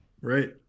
Right